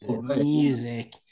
music